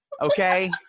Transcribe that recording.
Okay